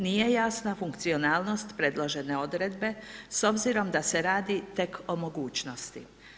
Nije jasna funkcionalnost predložene odredbe s obzirom da se radi tek o mogućnosti.